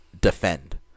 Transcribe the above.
defend